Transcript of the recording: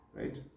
Right